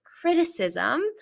criticism